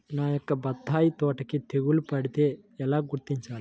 నా యొక్క బత్తాయి తోటకి తెగులు పడితే ఎలా గుర్తించాలి?